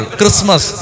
Christmas